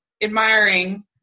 admiring